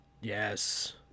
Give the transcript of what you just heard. Yes